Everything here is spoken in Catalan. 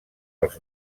els